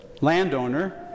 landowner